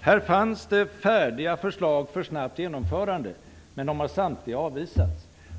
Här fanns det färdiga förslag för snabbt genomförande, men de har samtliga avvisats.